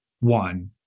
one